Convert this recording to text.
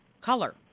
color